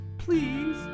Please